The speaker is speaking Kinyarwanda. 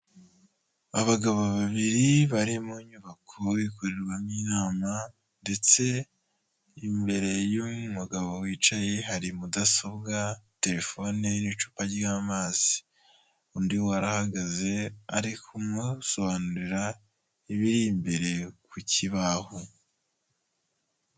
Abagabo babiri bari mu nyubako ikorerwamo inama ndetse imbere y'umugabo wicaye hari mudasobwa, telefone n'icupa ry'amazi, undi we arahagaze ari kumusobanurira ibiri imbere ku kibaho.